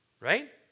right